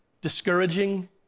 discouraging